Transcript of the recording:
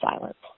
silence